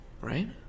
Right